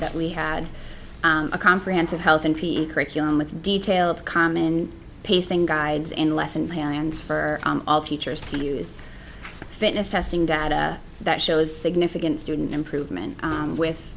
that we had a comprehensive health and p t curriculum with detailed common pacing guides in lesson plans for all teachers to use fitness testing data that shows significant student improvement with